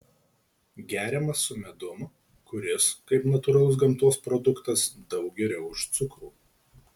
geriamas su medum kuris kaip natūralus gamtos produktas daug geriau už cukrų